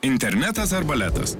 internetas ar baletas